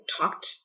talked